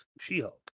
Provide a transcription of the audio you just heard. She-Hulk